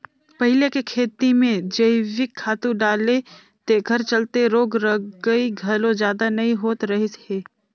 पहिले के खेती में जइविक खातू डाले तेखर चलते रोग रगई घलो जादा नइ होत रहिस हे